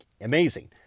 amazing